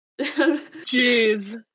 Jeez